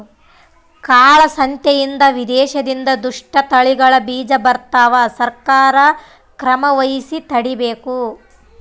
ಕಾಳ ಸಂತೆಯಿಂದ ವಿದೇಶದಿಂದ ದುಷ್ಟ ತಳಿಗಳ ಬೀಜ ಬರ್ತವ ಸರ್ಕಾರ ಕ್ರಮವಹಿಸಿ ತಡೀಬೇಕು